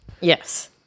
Yes